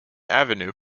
avenue